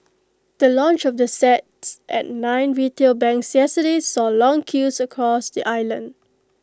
the launch of the sets at nine retail banks yesterday saw long queues across the island